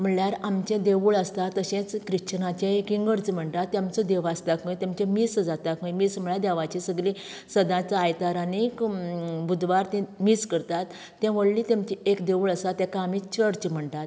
म्हळ्यार आमचें देवूळ आसा तशेंच क्रिश्चनाचें इगर्ज म्हणटा तेंमचो देव आसता थंय तेंचें मीस जाता खंय मीस म्हळ्यार देवाची सगली सदांच आयतार आनीक बुदवार तीं मीस करतात तें व्हडलें तेंमचें एक देवूळ आसा तेका आमी चर्च म्हणटात